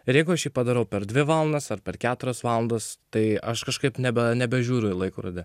ir jeigu aš padarau per dvi valandas ar per keturias valandas tai aš kažkaip nebe nebežiūriu į laikrodį